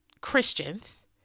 Christians